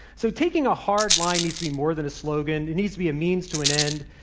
so, taking a hard line needs to be more than a slogan. it needs to be a means to an end.